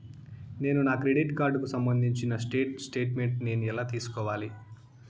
నేను నా క్రెడిట్ కార్డుకు సంబంధించిన స్టేట్ స్టేట్మెంట్ నేను ఎలా తీసుకోవాలి?